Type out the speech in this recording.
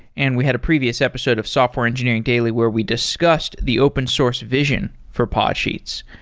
and we had a previous episode of software engineering daily where we discussed the open source vision for podsheets.